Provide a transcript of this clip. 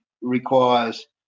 requires